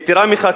יתירה מכך,